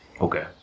Okay